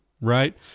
right